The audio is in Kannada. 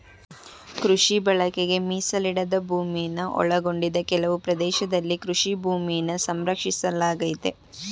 ಕೃಷಿ ಬಳಕೆಗೆ ಮೀಸಲಿಡದ ಭೂಮಿನ ಒಳಗೊಂಡಿದೆ ಕೆಲವು ಪ್ರದೇಶದಲ್ಲಿ ಕೃಷಿ ಭೂಮಿನ ಸಂರಕ್ಷಿಸಲಾಗಯ್ತೆ